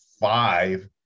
five